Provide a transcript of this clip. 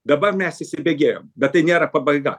dabar mes įsibėgėjom bet tai nėra pabaiga